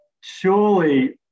surely